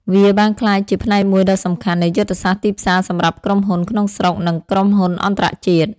វាបានក្លាយជាផ្នែកមួយដ៏សំខាន់នៃយុទ្ធសាស្ត្រទីផ្សារសម្រាប់ក្រុមហ៊ុនក្នុងស្រុក និងក្រុមហ៊ុនអន្តរជាតិ។